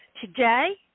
today